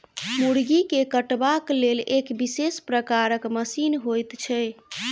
मुर्गी के कटबाक लेल एक विशेष प्रकारक मशीन होइत छै